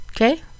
Okay